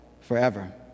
forever